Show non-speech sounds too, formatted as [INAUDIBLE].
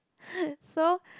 [BREATH] so